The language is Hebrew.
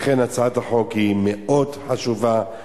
לכן הצעת החוק היא מאוד חשובה,